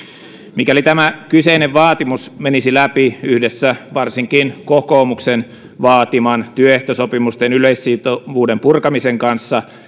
mikäli tämä kyseinen vaatimus menisi läpi yhdessä varsinkin kokoomuksen vaatiman työehtosopimusten yleissitovuuden purkamisen kanssa